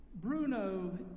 Bruno